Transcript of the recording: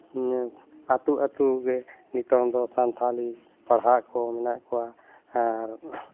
ᱤᱱᱟᱹ ᱟᱹᱛᱩ ᱟᱹᱛᱩᱜᱮ ᱱᱤᱛᱚᱜ ᱫᱚ ᱥᱟᱱᱛᱟᱞᱤ ᱯᱟᱲᱦᱟᱜ ᱠᱚ ᱢᱮᱱᱟᱜ ᱠᱚᱣᱟ ᱟᱨ